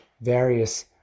various